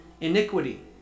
iniquity